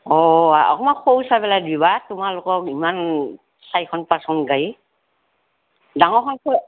অ অকণমান সৰু চাই পেলাই দিবা তোমালোকৰ ইমান চাৰিখন পাঁচখন গাড়ী ডাঙৰখন